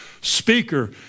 speaker